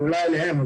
ואולי אליהם,